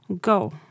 go